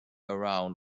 around